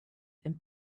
and